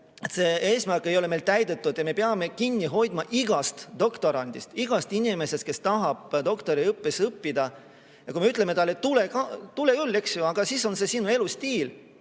See eesmärk ei ole meil täidetud. Me peame kinni hoidma igast doktorandist, igast inimesest, kes tahab doktoriõppes õppida. Mitte nii, et me ütleme talle: "Tule ikka, aga siis on see sinu elustiil."